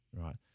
right